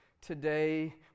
today